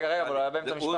אבל הוא היה באמצע משפט.